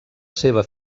seva